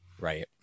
right